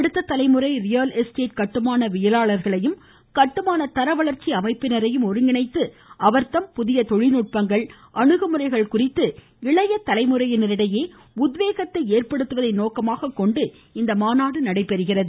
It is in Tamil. அடுத்த தலைமுறை ரியல் எஸ்டேட் கட்டுமான வியலாளர்களையும் கட்டுமான தர வளர்ச்சி அமைப்பினரையும் ஒருங்கிணைத்து அவர்தம் புதிய தொழில்நுட்பங்கள் அணுகுமுறைகள் குறித்து இளைய தலைமுறையினரிடையே உத்வேகத்தை ஏற்படுத்துவதை நோக்கமாக கொண்டு இம்மாநாடு நடைபெறுகிறது